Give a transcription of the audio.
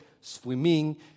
swimming